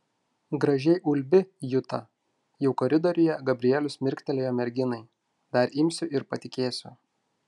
gražiai ulbi juta jau koridoriuje gabrielius mirktelėjo merginai dar imsiu ir patikėsiu